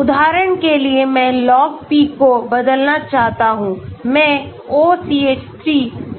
उदाहरण के लिए मैं Log P को बदलना चाहता हूं मैं OCH3